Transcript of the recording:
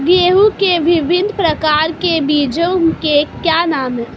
गेहूँ के विभिन्न प्रकार के बीजों के क्या नाम हैं?